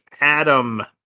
Adam